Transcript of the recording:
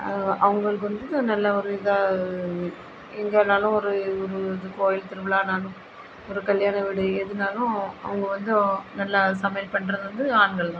அவங்களுக்கு வந்துட்டு நல்ல ஒரு இதாக எங்கேனாலும் ஒரு ஒரு இது கோயில் திருவிழானாலும் ஒரு கல்யாண வீடு எதுன்னாலும் அவங்க வந்து நல்லா சமையல் பண்ணுறது வந்து ஆண்கள் தான்